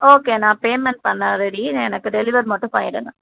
okay நான் payment பண்ண ready எனக்கு டெலிவர் மட்டும் பண்ணிவிடுங்க